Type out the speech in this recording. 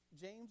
James